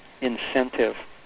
incentive